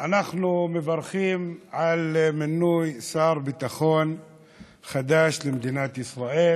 אנחנו מברכים על מינוי שר ביטחון חדש למדינת ישראל,